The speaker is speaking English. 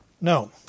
No